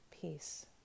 peace